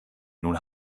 nun